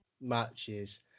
matches